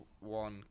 one